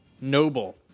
noble